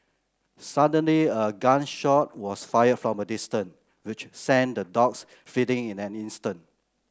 suddenly a gun shot was fired from a distance which sent the dogs fleeing in an instant